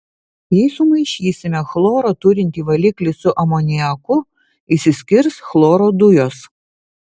jei sumaišysime chloro turintį valiklį su amoniaku išsiskirs chloro dujos